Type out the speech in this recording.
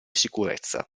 sicurezza